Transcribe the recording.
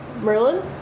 Merlin